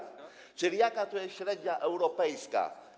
Czyli jaka to jest średnia europejska?